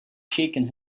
shaken